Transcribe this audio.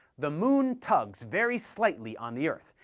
the moon tugs very slightly on the earth,